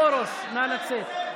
נא לצאת.